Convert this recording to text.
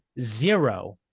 zero